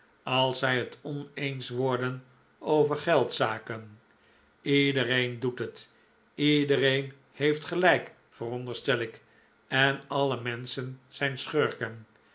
als zij het oneens worden over geldzaken iedereen doet het iedereen heeft gelijk veronderstel ik en alle menschen zijn schurken